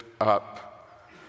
up